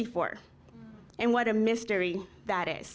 before and what a mystery that i